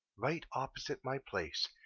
right opposite my place,